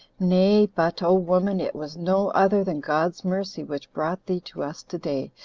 nay, but, o woman, it was no other than god's mercy which brought thee to us today,